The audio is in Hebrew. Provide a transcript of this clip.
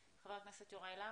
חבר הכנסת יוראי להב.